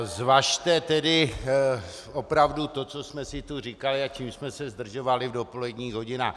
Zvažte tedy opravdu to, co jsme si tu říkali a čím jsme se zdržovali v dopoledních hodinách.